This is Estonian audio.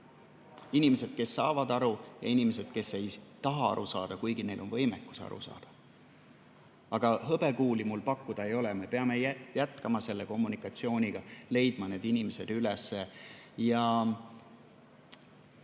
inimesed, kes saavad aru, ja inimesed, kes ei taha aru saada, kuigi neil on võimekus aru saada. Aga hõbekuuli mul pakkuda ei ole. Me peame selle kommunikatsiooniga jätkama, leidma need inimesed üles.